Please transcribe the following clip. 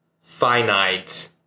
finite